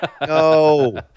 No